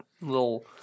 little